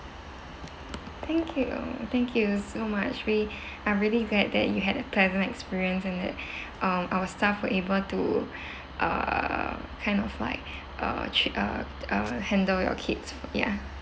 thank you thank you so much we are really glad that you had a pleasant experience and that uh our staff were able to uh kind of like uh uh uh handle your kids ya